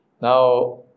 Now